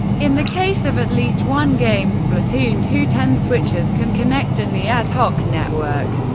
in the case of at least one game, splatoon two, ten switches can connect in the ad hoc network,